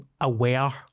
aware